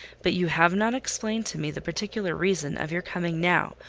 but you have not explained to me the particular reason of your coming now,